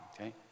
Okay